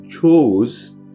chose